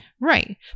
Right